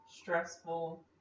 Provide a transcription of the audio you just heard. stressful